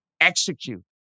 Execute